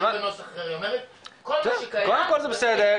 קודם כל זה בסדר,